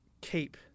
keep